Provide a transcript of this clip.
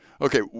Okay